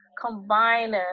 combine